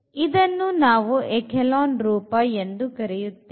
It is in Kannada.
ಇದನ್ನು ನಾವು ಎಖೇಲಾನ್ ರೂಪ ಎಂದು ಕರೆಯುತ್ತೇವೆ